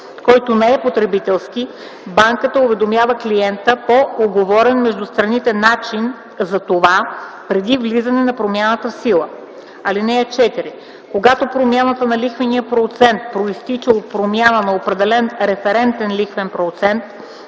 който не е потребителски, банката уведомява клиента по уговорен между страните начин за това преди влизане на промяната в сила. (4) Когато промяната на лихвения процент произтича от промяна на определен референтен лихвен процент,